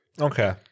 Okay